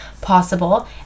possible